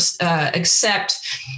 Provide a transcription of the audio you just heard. accept